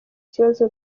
kibazo